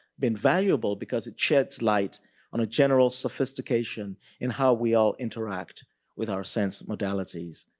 been valuable because it sheds light on a general sophistication in how we all interact with our sense modalities.